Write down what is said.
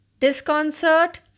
Disconcert